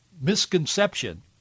misconception